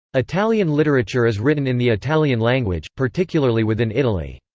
italian literature is written in the italian language, particularly within italy.